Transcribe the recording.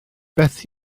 beth